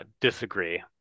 disagree